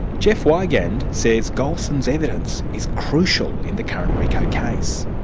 jeffrey wigand says gulson's evidence is crucial in the current rico case.